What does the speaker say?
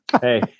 Hey